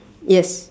yes